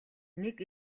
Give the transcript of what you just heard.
нэг